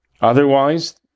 Otherwise